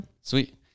Sweet